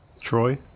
Troy